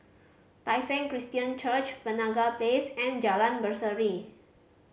Tai Seng Christian Church Penaga Place and Jalan Berseri